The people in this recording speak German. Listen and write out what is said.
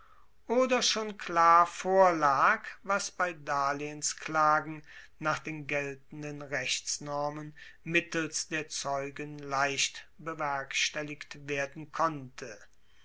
oder schon klar vorlag was bei darlehensklagen nach den geltenden rechtsnormen mittels der zeugen leicht bewerkstelligt werden konnte